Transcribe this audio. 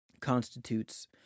constitutes